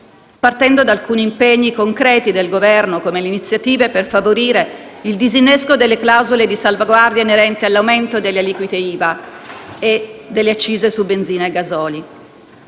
partendo da alcuni impegni concreti del Governo, come le iniziative per favorire il disinnesco delle clausole di salvaguardia inerenti all'aumento delle aliquote IVA e delle accise su benzina e gasoli.